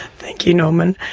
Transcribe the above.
thank you norman.